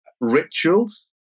rituals